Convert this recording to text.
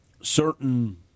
certain